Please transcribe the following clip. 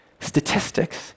statistics